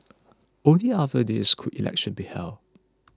only after this could elections be held